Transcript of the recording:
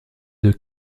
deux